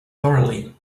thoroughly